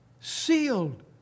Sealed